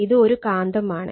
ഇത് ഒരു കാന്തമാണ്